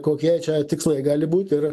kokie čia tikslai gali būt ir